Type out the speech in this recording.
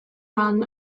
run